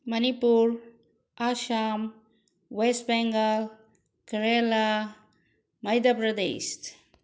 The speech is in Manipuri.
ꯃꯅꯤꯄꯨꯔ ꯑꯁꯥꯝ ꯋꯦꯁ ꯕꯦꯡꯒꯜ ꯀꯦꯔꯦꯂꯥ ꯃꯩꯗ꯭ꯌ ꯄ꯭ꯔꯗꯦꯁ